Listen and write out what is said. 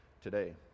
today